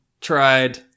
tried